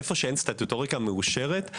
איפה שאין סטטוטוריקה מאושרת,